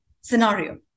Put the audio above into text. scenario